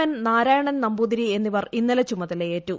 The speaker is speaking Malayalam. എൻ നാരായണൻ നമ്പൂതിരി എന്നിവർ ഇന്നലെ ചുമതല്യേറ്റു